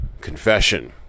confession